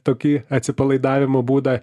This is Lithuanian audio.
tokį atsipalaidavimo būdą